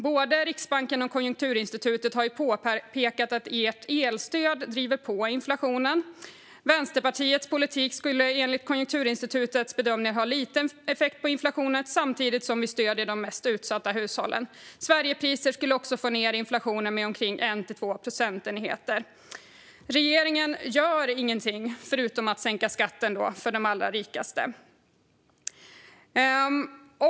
Både Riksbanken och Konjunkturinstitutet har påpekat att elstödet driver på inflationen. Vänsterpartiets politik skulle enligt Konjunkturinstitutets bedömning ha liten effekt på inflationen, samtidigt som de mest utsatta hushållen stöds. Sverigepriser skulle sänka inflationen med 1-2 procentenheter. Regeringen gör ingenting, förutom att sänka skatten för de allra rikaste.